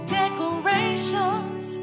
decorations